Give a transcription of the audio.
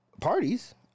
parties